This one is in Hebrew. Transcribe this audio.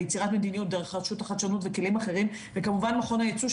ביצירת מדיניות דרך רשות לחדשנות וכלים אחרים וכמובן מכון הייצוא,